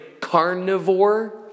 carnivore